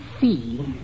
see